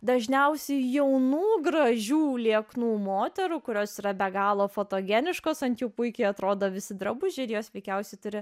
dažniausiai jaunų gražių lieknų moterų kurios yra be galo fotogeniškos ant jų puikiai atrodo visi drabužiai ir jos veikiausiai turi